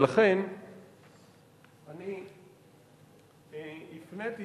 ולכן אני הפניתי